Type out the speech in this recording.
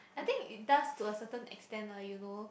I think it does to a certain extent lah you know